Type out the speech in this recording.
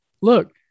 Look